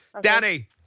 Danny